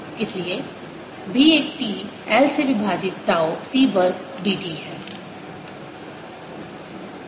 इसलिए B 1 t l से विभाजित टाउ C वर्ग B t है